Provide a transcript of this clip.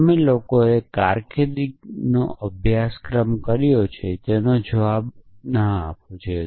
તમે લોકોએ કારકિર્દીનો અભ્યાસક્રમ કર્યો છે તેનો જવાબ ન આપવો જોઈએ